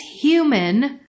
human